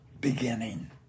beginning